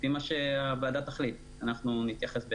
ולפי מה שהוועדה תחליט אנחנו נתייחס בהתאם.